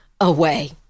away